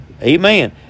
Amen